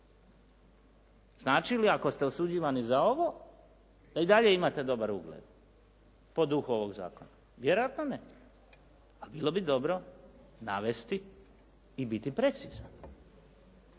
Znači li ako ste osuđivani za ovo da i dalje imate dobar ugled po duhu ovog zakona? Vjerojatno ne, a bilo bi dobro navesti i biti precizan.